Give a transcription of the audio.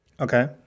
Okay